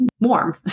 warm